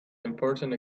important